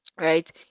right